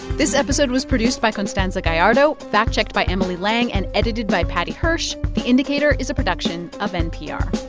this episode was produced by constanza gallardo, fact-checked by emily lang and edited by paddy hirsch. the indicator is a production of npr